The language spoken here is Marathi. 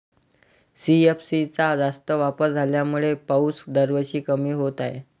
सी.एफ.सी चा जास्त वापर झाल्यामुळे पाऊस दरवर्षी कमी होत आहे